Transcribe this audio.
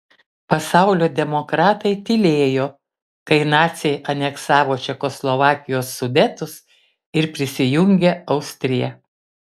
pasaulio demokratai tylėjo kai naciai aneksavo čekoslovakijos sudetus ir prisijungė austriją